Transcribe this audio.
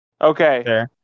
Okay